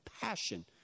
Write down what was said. passion